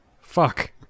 fuck